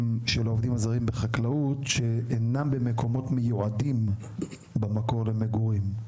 של העובדים הזרים בחקלאות שאינם במקומות מיועדים במקור למגורים.